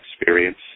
experience